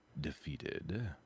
defeated